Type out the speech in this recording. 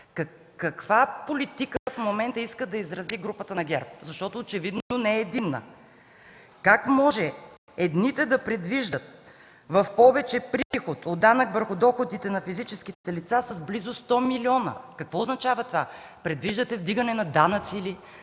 Каква политика в момента иска да изрази групата на ГЕРБ? Очевидно не е единна. Как може едните да предвиждат в повече приход от данъка върху доходите на физическите лица с близо 100 милиона? Какво означава това? Предвиждате вдигане на данъци ли,